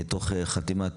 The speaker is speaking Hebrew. תוך חתימת חוזים.